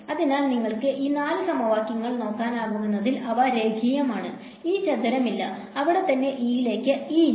അതിനാൽ നിങ്ങൾക്ക് ഈ 4 സമവാക്യങ്ങൾ നോക്കാനാകുമെന്നതിനാൽ അവ രേഖീയമാണ് E ചതുരം ഇല്ല അവിടെത്തന്നെ E ലേക്ക് E ഇല്ല